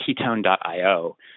ketone.io